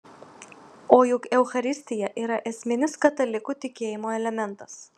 o juk eucharistija yra esminis katalikų tikėjimo elementas